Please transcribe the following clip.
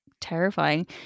terrifying